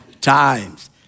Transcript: times